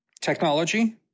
technology